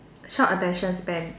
short attention span